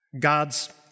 God's